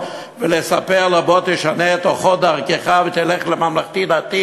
ולספר לו: בוא תשנה את אורחות דרכך ותלך לממלכתי-דתי,